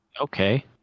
Okay